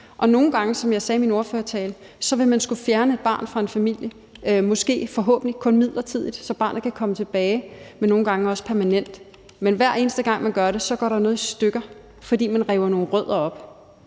nogle gange, som jeg sagde i min ordførertale, vil man skulle fjerne et barn fra en familie, måske, forhåbentlig kun midlertidigt, så barnet kan komme tilbage, men nogle gange også permanent. Men hver eneste gang, man gør det, går der noget i stykker, fordi man river nogle rødder op.